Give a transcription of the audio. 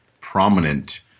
prominent